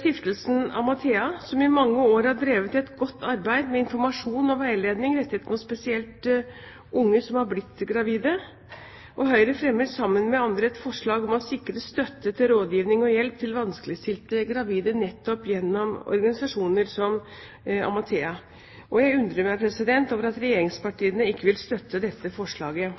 Stiftelsen Amathea, som i mange år har drevet et godt arbeid med informasjon og veiledning spesielt rettet mot unge som har blitt gravide. Høyre fremmer, sammen med andre, et forslag om å sikre støtte til rådgivning og hjelp til vanskeligstilte gravide nettopp gjennom organisasjoner som Amathea, og jeg undrer meg over at regjeringspartiene ikke vil